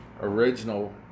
original